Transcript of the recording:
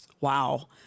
Wow